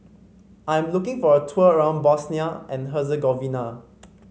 I am looking for a tour around Bosnia and Herzegovina